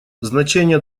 значение